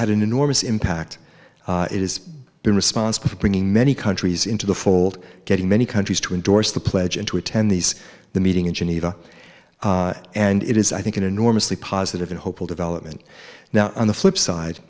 had an enormous impact it has been responsible for bringing many countries into the fold getting many countries to endorse the pledge and to attend these the meeting in geneva and it is i think an enormously positive and hopeful development now on the flip side